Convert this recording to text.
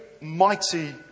mighty